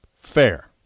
Fair